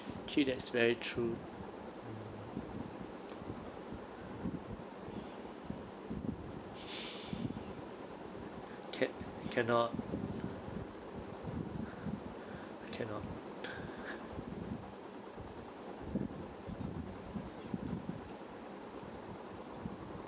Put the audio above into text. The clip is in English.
actually that's very true ca~ cannot cannot